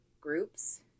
groups